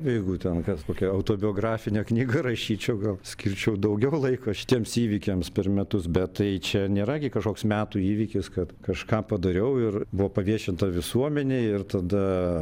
jeigu ten kas kokią autobiografinę knygą rašyčiau gal skirčiau daugiau laiko šitiems įvykiams per metus bet tai čia nėra gi kažkoks metų įvykis kad kažką padariau ir buvo paviešinta visuomenei ir tada